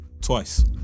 Twice